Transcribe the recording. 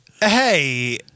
Hey